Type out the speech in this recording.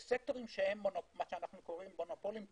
בסקטורים שהם מונופולים טבעיים,